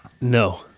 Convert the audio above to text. no